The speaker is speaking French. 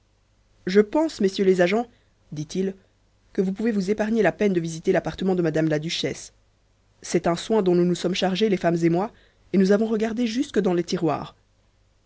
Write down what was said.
je pense messieurs les agents dit-il que vous pouvez vous épargner la peine de visiter l'appartement de mme la duchesse c'est un soin dont nous nous sommes chargés les femmes et moi et nous avons regardé jusque dans les tiroirs